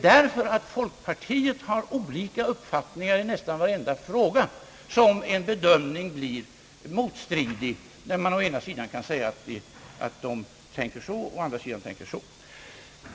Därför att folkpartiet har olika uppfattningar i nästan varenda fråga, blir en bedömning motstridig, så att man å ena sidan kan säga att de tänker si och å andra sidan att de tänker så.